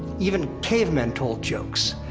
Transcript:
even cavemen told jokes,